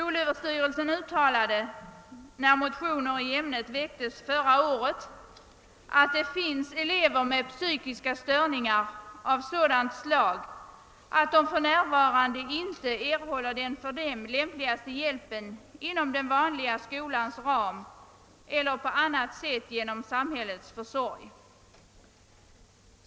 förra året uttalade skolöverstyrelsen att det finns elever med psykiska störningar av sådant slag, att de för närvarande inte kan erhålla den för dem lämpligaste hjälpen inom den vanliga skolans ram eller på annat sätt genom samhällets försorg.